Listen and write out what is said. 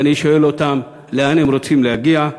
ואני שואל אותם לאן הם רוצים להגיע.